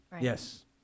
Yes